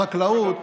רבותיי חברי הכנסת,